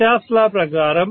Kirchhoff law ప్రకారం